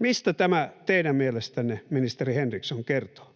Mistä tämä teidän mielestänne, ministeri Henriksson, kertoo?